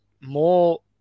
more